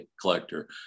collector